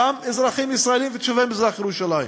גם אזרחים ישראלים ותושבי מזרח-ירושלים,